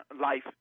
life